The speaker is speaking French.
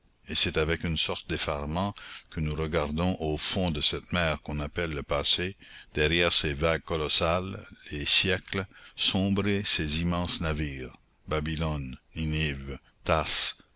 et c'est avec une sorte d'effarement que nous regardons au fond de cette mer qu'on appelle le passé derrière ces vagues colossales les siècles sombrer ces immenses navires babylone